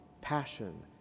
passion